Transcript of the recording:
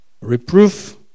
reproof